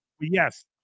Yes